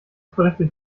berichtet